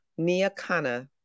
Niakana